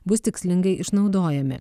bus tikslingai išnaudojami